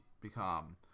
become